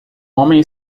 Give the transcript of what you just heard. homem